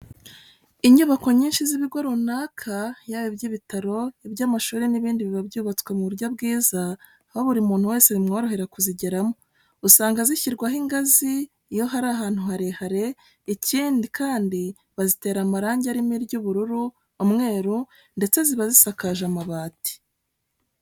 Inyubako nyinshi z'ibigo runaka yaba iby'ibitaro, iby'amashuri n'ibindi biba byubatswe mu buryo bwiza, aho buri muntu wese bimworohera kuzigeramo. Usanga zishyirwaho ingazi iyo hari ahantu harehare, ikindi kandi bazitera amarange arimo iry'ubururu, umweru ndetse ziba zisakaje amabati.